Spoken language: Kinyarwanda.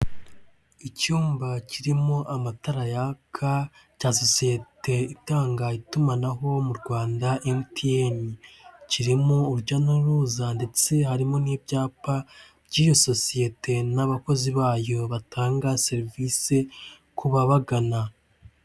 Icyumba kirimo amatara yaka cya sosiyete itanga itumanaho mu Rwanda MTN kirimo urujya n'uruza ndetse harimo n'ibyapa by'iyo sosiyete n'abakozi bayo batanga serivisi ku babagana.